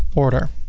order.